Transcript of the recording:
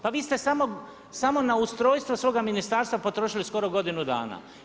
Pa vi ste samo na ustrojstvo svoga ministarstva potrošili skoro godinu dana.